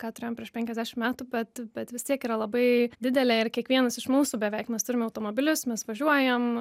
ką turėjom prieš penkiasdešim metų bet bet vis tiek yra labai didelė ir kiekvienas iš mūsų beveik mes turim automobilius mes važiuojam